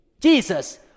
jesus